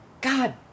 god